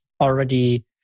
already